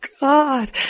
God